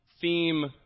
theme